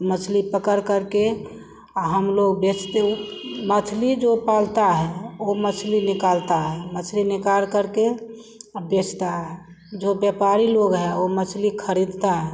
मछली पकड़ करके और हमलोग बेचते मछली जो पालता है वह मछली निकालता है मछली निकाल करके बेचता है जो व्यापारी लोग हैं वह मछली खरीदते हैं